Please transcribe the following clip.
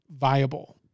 viable